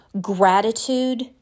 Gratitude